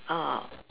ah